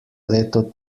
leto